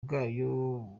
bwayo